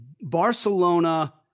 Barcelona